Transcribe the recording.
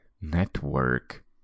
network